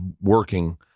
working